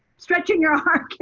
stretching your